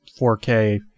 4K